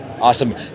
Awesome